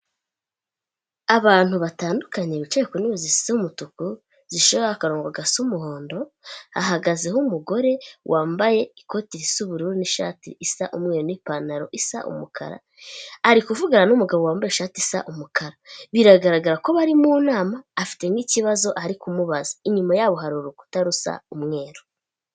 Abantu batandukanye bicaye ku ntebe zisa umutuku ziciyeho akarongo gasa umuhondo, hahagazeho umugore wambaye ikoti ry'ubururu n'ishati isa umweru n'ipantaro isa umukara, ari kuvugana n'umugabo wambaye ishati isa umukara, biragaragara ko bari mu nama afite nk'ikibazo ari kumubaza, inyuma yaho hari urukuta rusa umweru.